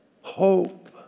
Hope